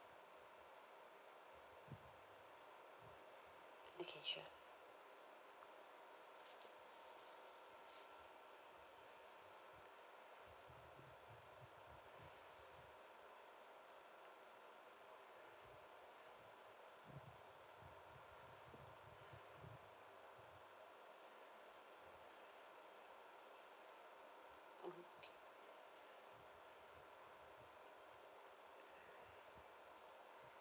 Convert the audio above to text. okay sure